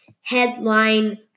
headline